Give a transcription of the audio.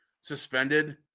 suspended